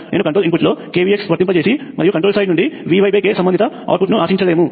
నేను కంట్రోల్ ఇన్పుట్లో kvx వర్తింపచేసి మరియు కంట్రోలింగ్ సైడ్ నుండి vyk సంబంధిత అవుట్పుట్ను ఆశించలేము